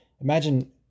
Imagine